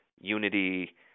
unity